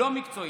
לא מקצועית,